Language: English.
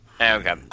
Okay